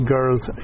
Girls